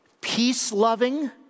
peace-loving